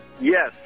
Yes